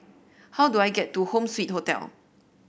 how do I get to Home Suite Hotel